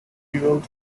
fueled